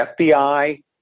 FBI